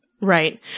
Right